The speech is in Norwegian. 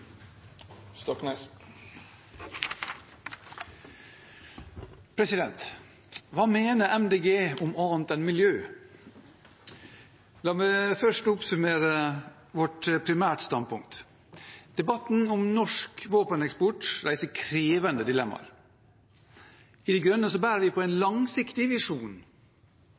Hva mener Miljøpartiet De Grønne om annet enn miljø? La meg først oppsummere vårt primærstandpunkt. Debatten om norsk våpeneksport reiser krevende dilemmaer. I De Grønne bærer vi på en langsiktig visjon